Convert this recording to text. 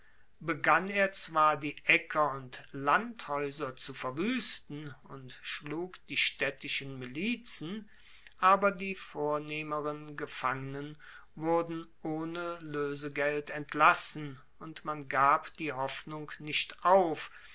begann er zwar die aecker und landhaeuser zu verwuesten und schlug die staedtischen milizen aber die vornehmeren gefangenen wurden ohne loesegeld entlassen und man gab die hoffnung nicht auf